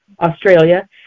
Australia